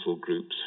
groups